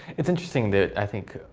it's interesting that, i think,